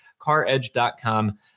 CarEdge.com